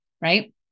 right